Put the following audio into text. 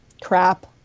crap